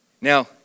Now